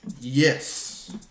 yes